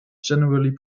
generally